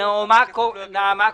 נעמה קאופמן.